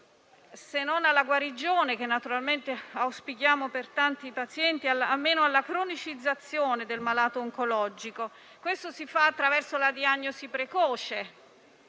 se non alla guarigione - naturalmente l'auspichiamo per tanti pazienti - almeno alla cronicizzazione del malato oncologico, e questo si fa attraverso la diagnosi precoce.